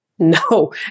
No